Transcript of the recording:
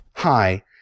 Hi